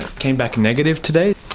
came back negative today.